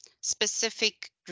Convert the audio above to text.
specific